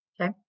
Okay